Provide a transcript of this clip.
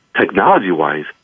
technology-wise